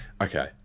Okay